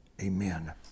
Amen